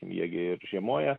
jie gi ir žiemoja